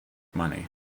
money